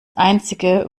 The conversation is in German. einzige